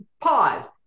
Pause